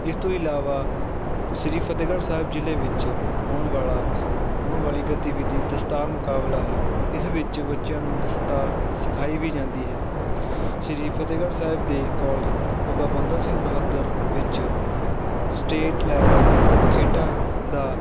ਇਸ ਤੋਂ ਇਲਾਵਾ ਸ਼੍ਰੀ ਫਤਿਹਗੜ੍ਹ ਸਾਹਿਬ ਜ਼ਿਲ੍ਹੇ ਵਿੱਚ ਹੋਣ ਵਾਲਾ ਹੋਣ ਵਾਲੀ ਗਤੀਵਿਧੀ ਦਸਤਾਰ ਮੁਕਾਬਲਾ ਹੈ ਇਸ ਵਿੱਚ ਬੱਚਿਆਂ ਨੂੰ ਦਸਤਾਰ ਸਿਖਾਈ ਵੀ ਜਾਂਦੀ ਹੈ ਸ਼੍ਰੀ ਫਤਿਹਗੜ੍ਹ ਸਾਹਿਬ ਦੇ ਕੋਲਜ ਬਾਬਾ ਬੰਦਾ ਸਿੰਘ ਬਹਾਦਰ ਵਿੱਚ ਸਟੇਟ ਲੈਵਲ ਖੇਡਾਂ ਦਾ